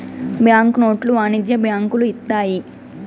bank నోట్లు వాణిజ్య బ్యాంకులు ఇత్తాయి